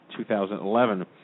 2011